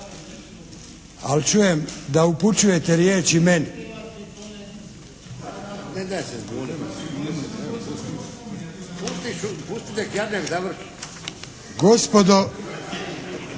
ali čujem da upućujete riječi meni. Gospodo,